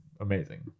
amazing